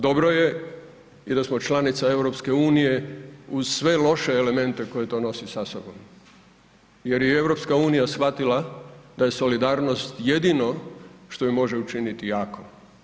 Dobro je i da smo članica EU uz sve loše elemente koje to nosi sa sobom jer je i EU shvatila da je solidarnost jedino što ju može učiniti jakom.